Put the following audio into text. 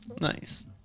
Nice